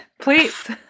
please